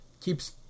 keeps